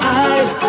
eyes